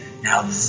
Now